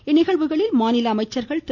இந்நிகழ்வுகளில் மாநில அமைச்சர்கள் திரு